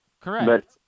correct